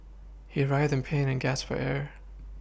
he writhed in pain and gasped for air